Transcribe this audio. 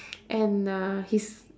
and uh his